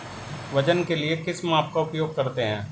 वजन के लिए किस माप का उपयोग करते हैं?